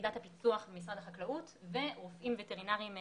יחידת הפיצו"ח במשרד החקלאות ורופאים וטרינריים רשותיים,